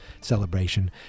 celebration